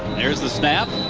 there's the snap.